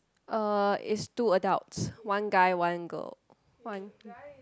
uh is two adults one guy one girl one